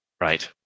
right